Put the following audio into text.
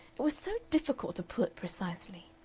it was so difficult to put precisely.